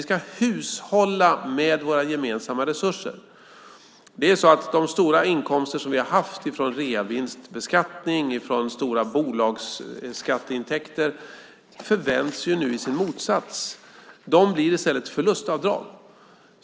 Vi ska hushålla med våra gemensamma resurser. De stora inkomster som vi haft från reavinstbeskattning och i form av stora bolagsskatteintäkter vänds nu i sin motsats. De blir i stället förlustavdrag.